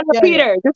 Peter